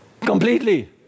Completely